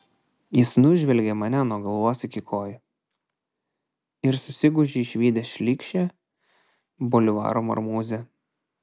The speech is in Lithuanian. jis nužvelgė mane nuo galvos iki kojų ir susigūžė išvydęs šlykščią bolivaro marmūzę